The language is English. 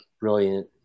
brilliant